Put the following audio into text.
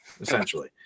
essentially